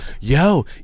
Yo